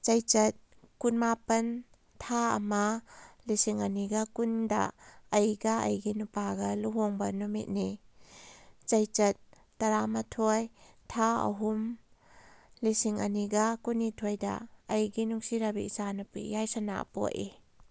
ꯆꯩꯆꯠ ꯀꯨꯟꯃꯥꯄꯜ ꯊꯥ ꯑꯝꯃ ꯂꯤꯁꯤꯡ ꯑꯅꯤꯒ ꯀꯨꯟꯗ ꯑꯩꯒ ꯑꯩꯒꯤ ꯅꯨꯄꯥꯒ ꯂꯨꯍꯣꯡꯕ ꯅꯨꯃꯤꯠꯅꯤ ꯆꯩꯆꯠ ꯇꯔꯥꯃꯥꯊꯣꯏ ꯊꯥ ꯑꯍꯨꯝ ꯂꯤꯁꯤꯡ ꯑꯅꯤꯒ ꯀꯨꯟꯅꯤꯊꯣꯏꯗ ꯑꯩꯒꯤ ꯅꯨꯡꯁꯤꯔꯕꯤ ꯏꯆꯥꯅꯨꯄꯤ ꯌꯥꯏꯁꯥꯅ ꯄꯣꯛꯏ